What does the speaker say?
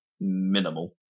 minimal